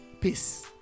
Peace